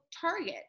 Target